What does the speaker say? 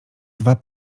dwa